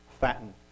fatten